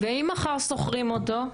ואם מחר שוכרים אותו?